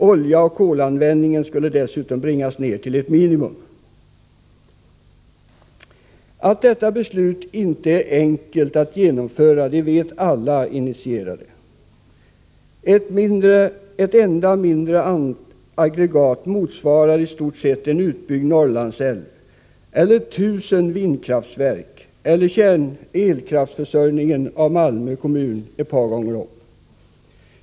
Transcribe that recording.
Oljeoch kolanvändningen skulle dessutom bringas ner till ett minimum. Att detta beslut inte är enkelt att genomföra vet alla initierade. Ett enda mindre aggregat motsvarar i stort sett en utbyggd Norrlandsälv, 1000 vindkraftverk eller elkraftförsörjningen av Malmö kommun ett par gånger om.